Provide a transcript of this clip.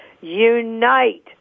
unite